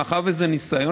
מאחר שזה ניסיון,